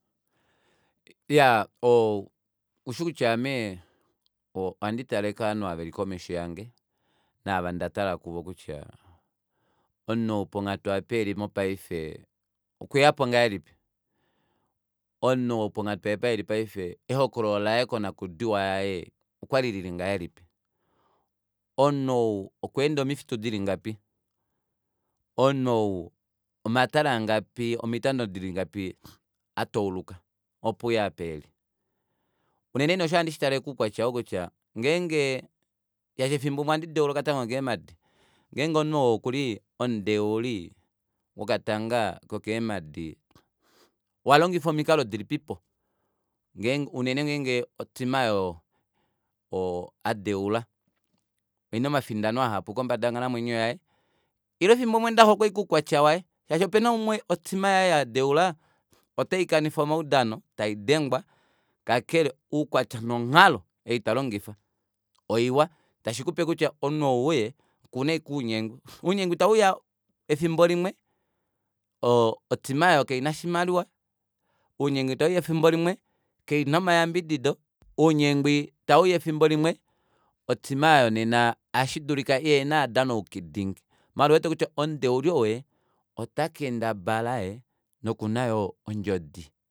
Iyaa oo oushikutya ame ohandi tale kovanhu ovo veli komesho yange naava ndatala kuvo kutya omunhu ou ponghatu aapa eli mopaife okweyapo ngahelipi omunhu ponghatu aapa eli paife ehokololo laye konakudiwa yaye okwali lili ngahelipi omunhu ou okwa enda omifitu dilingapi omunhu omatale angapi omitando dili ngapi atauluka opo euye apa eli unene nee osho ohandi shitale koukwatya oo kutya ngenge shaashi efimbo limwe ohandi deula okatanga kokeemadi ngenge omunhu ou okuli omudeuli wokatanga kokeemadi owalongifa omikalo dilipipo unene ngeenge o team aayo adeula oina omafindano ahapu kombada yonghalamwenyo yaye ile efimbo limwe ndahokwa ashike oukwatya waye shaashi opena umwe o team yaye oyo adeula ota ikanifa omaudano taidengwa kakele oukwatya nonghalo ei talongifa oiwa tashikupe kutya omunhu ou ee okuna ashike ounyengwi ounyengwi tawuuya efimbo limwe o team aayo kaina oshimaliwa ounyengwi tawuuya efimbo limwe kaina omayambidido ounyengwi tawuuya efimbo limwe o team aayo nena ohashidulika ihena ovadanauki dingi maala ouwete kutya omudeuli ou otakendabala nokuna yoo ondjodi.